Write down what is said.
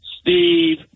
Steve